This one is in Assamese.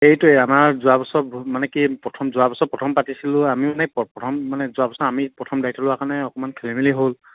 এইটোৱে আমাৰ যোৱা বছৰ মানে কি প্ৰথম যোৱা বছৰ প্ৰথম পাতিছিলোঁ আমি মানে প্ৰথম মানে যোৱা বছৰ আমি প্ৰথম খেলি মেলি হ'ল অকণমান খেলি মেলি হ'ল